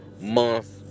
month